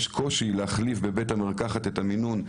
ויש קושי להחליף בבית המרקחת את המינון.